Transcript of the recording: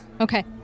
Okay